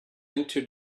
into